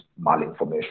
malinformation